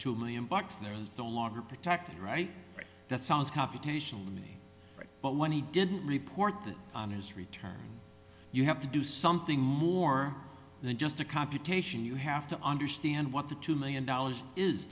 two million bucks there is no longer protected right that sounds computationally me but when he didn't report that on his return you have to do something more than just a computation you have to understand what the two million dollars is